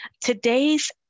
Today's